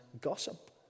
gossip